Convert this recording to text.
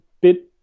bit